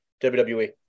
WWE